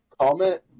Comment